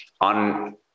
on